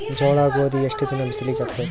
ಜೋಳ ಗೋಧಿ ಎಷ್ಟ ದಿನ ಬಿಸಿಲಿಗೆ ಹಾಕ್ಬೇಕು?